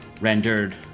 rendered